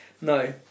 No